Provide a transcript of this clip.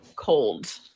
Cold